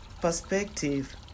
perspective